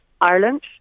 Ireland